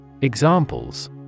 Examples